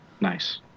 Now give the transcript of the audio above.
Nice